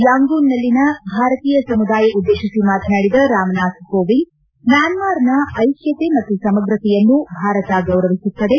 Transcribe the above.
ಯಾಂಗೂನ್ನಲ್ಲಿನ ಭಾರತೀಯ ಸಮುದಾಯ ಉದ್ದೇಶಿಸಿ ಮಾತನಾಡಿದ ರಾಮ್ನಾಥ್ ಕೋವಿಂದ್ ಮ್ಯಾನ್ಸ್ನ ಐಕ್ಜತೆ ಮತ್ತು ಸಮಗ್ರತೆಯನ್ನು ಭಾರತ ಗೌರವಿಸುತ್ತದೆ